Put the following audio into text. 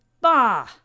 Bah